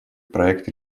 проект